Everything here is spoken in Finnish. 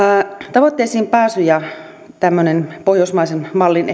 tavoitteisiin pääsy ja ehkä pohjoismaisen mallin